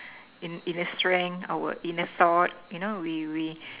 inner strength our inner thought you know we we